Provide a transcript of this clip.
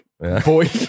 Boy